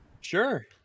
Sure